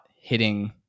hitting